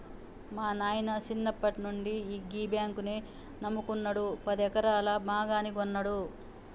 మా నాయిన సిన్నప్పట్నుండి గీ బాంకునే నమ్ముకున్నడు, పదెకరాల మాగాని గొన్నడు